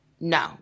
No